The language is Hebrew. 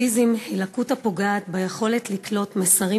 אוטיזם היא לקות הפוגעת ביכולת לקלוט מסרים